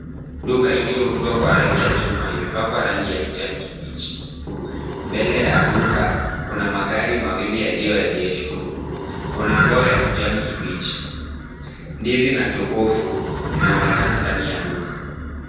Duka iliyoundwa kwa rangi ya chuma imepakwa rangi ya kijani kibichi. Mbele ya duka kuna magari mawili yaliyoegeshwa. Kuna ndoo ya kijani kibichi. Ndizi na jokofu zinaonekana ndani ya duka.